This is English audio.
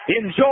enjoy